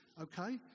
Okay